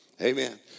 Amen